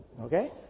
Okay